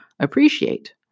appreciate